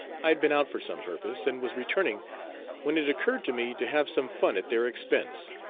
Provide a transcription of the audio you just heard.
i had been out for some purpose, and was returning when it occurred to me to have some fun at their expense.